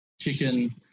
chicken